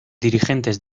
dirigentes